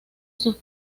sus